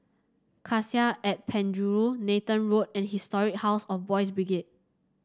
Cassia at Penjuru Nathan Road and Historic House of Boys' Brigade